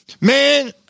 man